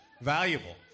valuable